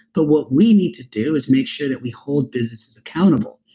but what we need to do is make sure that we hold businesses accountable.